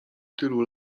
tylu